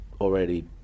already